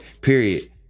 Period